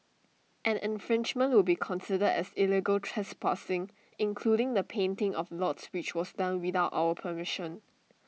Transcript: any infringement will be considered as illegal trespassing including the painting of lots which was done without our permission